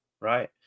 right